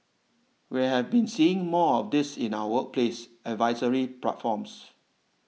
we have been seeing more of this in our workplace advisory platforms